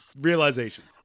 realizations